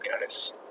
guys